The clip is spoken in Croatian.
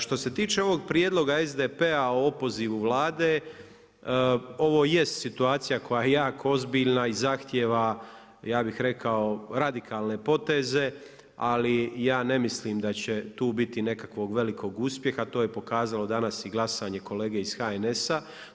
Što se tiče ovog prijedloga SDP-a o opozivu Vlade, ovo jest situacija koja je jako ozbiljna i zahtijeva ja bi rekao, radikalne poteze ali ja ne mislim da će tu biti nekakvog velikog uspjeha, to j pokazalo danas i glasanje kolege iz HNS-a.